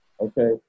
okay